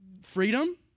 freedom